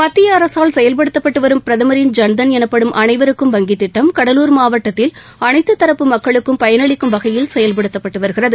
மத்திய அரசால் செயல்படுத்தப்பட்டு வரும் பிரதமின் ஜன்தன் எனப்படும் அனைவருக்கும் வங்கித் திட்டம் கடலூர் மாவட்டத்தில் அனைத்து தரப்பு மக்களுக்கும் பயனளிக்கும் வகையில் செயல்படுத்தப்பட்டு வருகிறது